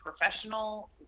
professional